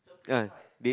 ya they